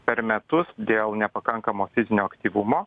per metus dėl nepakankamo fizinio aktyvumo